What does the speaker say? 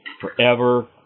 forever